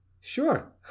Sure